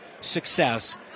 success